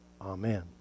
Amen